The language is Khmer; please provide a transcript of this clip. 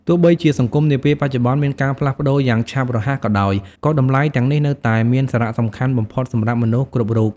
ទោះបីជាសង្គមនាពេលបច្ចុប្បន្នមានការផ្លាស់ប្តូរយ៉ាងឆាប់រហ័សក៏ដោយ ក៏តម្លៃទាំងនេះនៅតែមានសារៈសំខាន់បំផុតសម្រាប់មនុស្សគ្រប់រូប។